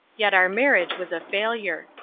yet our marriage was a failure.